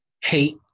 hate